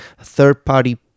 third-party